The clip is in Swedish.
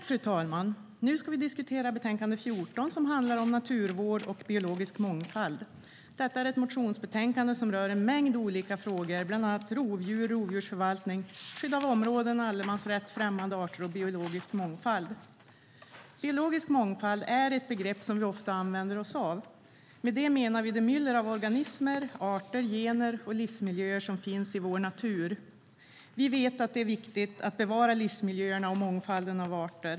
Fru talman! Nu ska vi diskutera betänkande 14, som handlar om naturvård och biologisk mångfald. Detta är ett motionsbetänkande som rör en mängd olika frågor, bland annat rovdjur, rovdjursförvaltning, skydd av områden, allemansrätt, främmande arter och biologisk mångfald. Biologisk mångfald är ett begrepp som vi ofta använder oss av. Med det menar vi det myller av organismer, arter, gener och livsmiljöer som finns i vår natur. Vi vet att det är viktigt att bevara livsmiljöerna och mångfalden av arter.